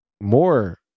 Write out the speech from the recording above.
more